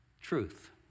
Truth